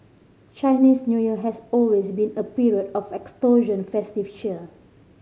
Chinese New Year has always been a period of extortion festive cheer